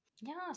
yes